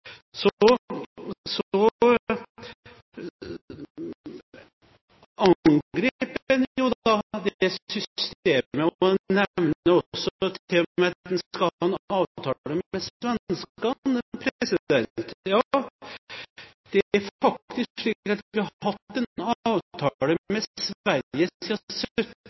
Så angriper man systemet og nevner til og med at vi skal ha en avtale med svenskene. Ja, det er faktisk slik at vi har hatt en avtale med Sverige